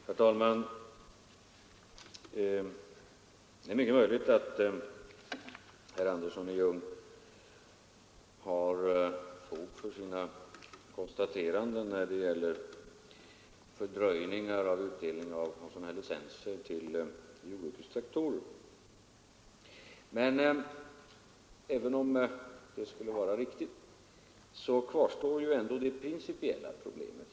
Herr talman! Det är mycket möjligt att herr Andersson i Ljung har fog för sina konstateranden när det gäller fördröjningar av utdelning av licenser till jordbrukstraktorer. Även om så skulle vara fallet kvarstår ändå det principiella problemet.